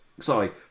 Sorry